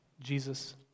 Jesus